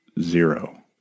zero